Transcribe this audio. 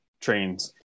trains